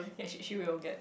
ya she she will get